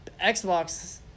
Xbox